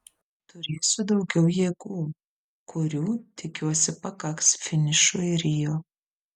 turėsiu daugiau jėgų kurių tikiuosi pakaks finišui rio